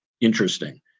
interesting